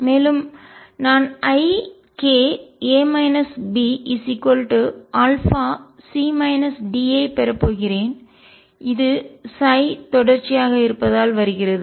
மேலும் நான் ik α ஐப் பெறப் போகிறேன் இது தொடர்ச்சியாக இருப்பதால் வருகிறது